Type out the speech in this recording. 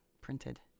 printed